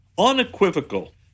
unequivocal